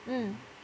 mm